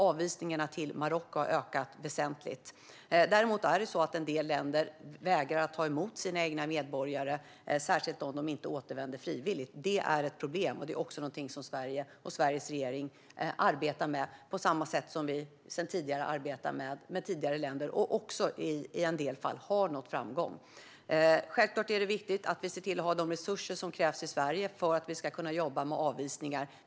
Avvisningarna till Marocko har ökat väsentligt. Men en del länder vägrar ta emot sina egna medborgare, särskilt om de inte återvänder frivilligt. Det är ett problem som Sverige och Sveriges regering arbetar med på samma sätt som tidigare. I en del fall har vi nått framgång. Självklart är det viktigt att vi ser till att ha de resurser som krävs i Sverige för att vi ska kunna jobba med avvisningar.